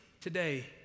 today